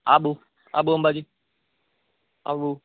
Abu Abu Ambaji Abu